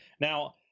Now